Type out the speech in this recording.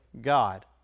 God